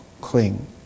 cling